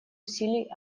усилий